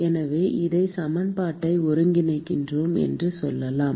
எனவே இந்த சமன்பாட்டை ஒருங்கிணைக்கிறோம் என்று சொல்லலாம்